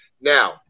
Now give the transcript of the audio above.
Now